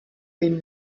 been